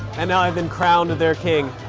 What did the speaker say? and now i've been crowned their king.